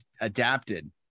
adapted